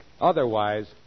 Otherwise